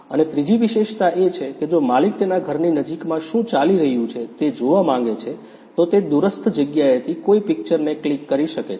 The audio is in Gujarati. અને ત્રીજી વિશેષતા એ છે કે જો માલિક તેના ઘરની નજીકમાં શું ચાલી રહ્યું છે તે જોવા માંગે છે તો તે દૂરસ્થ જગ્યાએથી કોઈ પિક્ચર ને ક્લિક કરી શકે છે